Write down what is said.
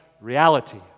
reality